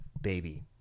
baby